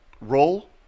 roll